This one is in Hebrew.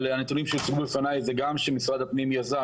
אבל הנתונים שהציגו לפניי זה גם שמשרד הפנים יזם,